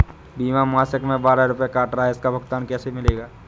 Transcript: बीमा मासिक में बारह रुपय काट रहा है इसका भुगतान कैसे मिलेगा?